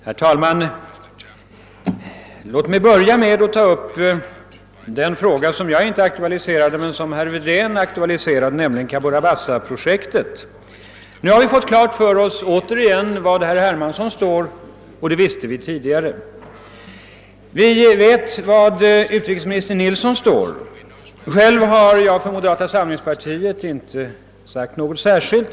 Herr talman! Låt mig börja med att ta upp en fråga som jag inte aktualiserade men som herr Wedén gick in på, nämligen Cabora Bassa-projektet. Vi har nu återigen fått besked om var herr Hermansson står; det hade vi ju klart för oss tidigare. Vi vet var utrikesministern står. Själv har jag för moderata samlingspartiets del inte sagt något särskilt.